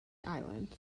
islands